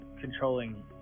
controlling